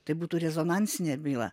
tai būtų rezonansinė byla